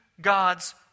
God's